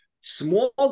Small